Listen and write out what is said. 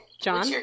John